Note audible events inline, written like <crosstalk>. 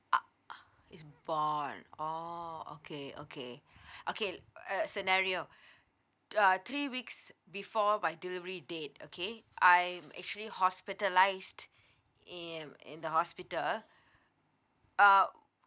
uh it's born oh okay okay <breath> okay uh scenario <breath> uh three weeks before by delivery date okay I actually hospitalized in in the hospital uh